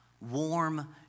warm